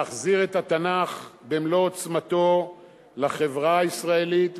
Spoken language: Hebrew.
להחזיר את התנ"ך במלוא עוצמתו לחברה הישראלית,